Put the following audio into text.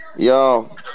Yo